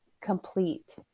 complete